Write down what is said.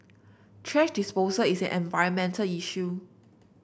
thrash disposal is an environmental issue